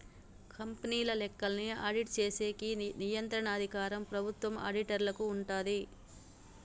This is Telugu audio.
కంపెనీల లెక్కల్ని ఆడిట్ చేసేకి నియంత్రణ అధికారం ప్రభుత్వం ఆడిటర్లకి ఉంటాది